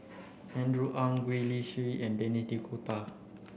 Andrew Ang Gwee Li Sui and Denis D'Cotta